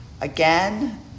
Again